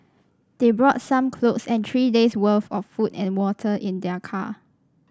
they brought some clothes and three day's worth of food and water in their car